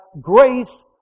grace